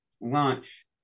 launch